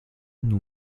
nous